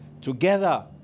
Together